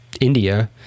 India